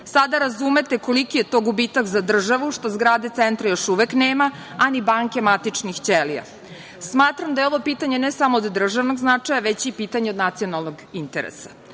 razumete koliki je to gubitak za državu što zgrade centra još uvek nema, a ni banke matičnih ćelija. Smatram da je ovo pitanje, ne samo od državnog značaja, već i pitanje od nacionalnog interesa.